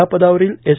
या पदावरील एस